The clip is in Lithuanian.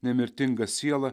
nemirtinga siela